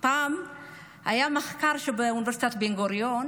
פעם היה מחקר באוניברסיטת בן-גוריון